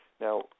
Now